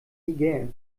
niger